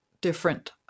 different